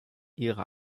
ihre